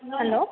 hello